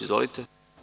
Izvolite.